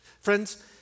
Friends